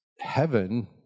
heaven